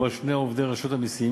ובה שני עובדי רשות המסים